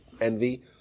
envy